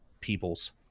peoples